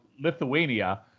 Lithuania